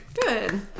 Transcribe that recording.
Good